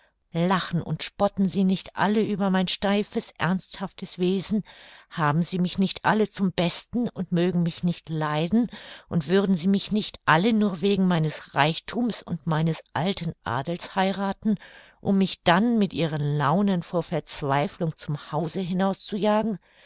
lachen und spotten sie nicht alle über mein steifes ernsthaftes wesen haben sie mich nicht alle zum besten und mögen mich nicht leiden und würden sie mich nicht alle nur wegen meines reichthums und meines alten adels heirathen um mich dann mit ihren launen vor verzweiflung zum hause hinaus zu jagen